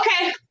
okay